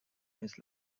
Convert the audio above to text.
his